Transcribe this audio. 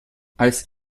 als